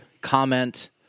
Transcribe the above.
comment